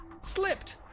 slipped